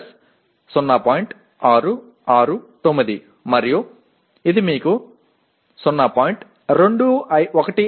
669 ன் சராசரி மற்றும் அது உங்களுக்கு 0